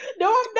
No